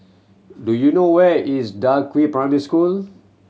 do you know where is Da Primary School